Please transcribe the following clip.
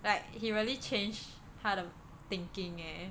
like he really change 他的 thinking eh